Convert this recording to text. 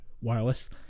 wireless